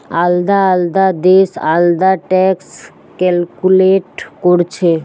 আলদা আলদা দেশ আলদা ট্যাক্স ক্যালকুলেট কোরছে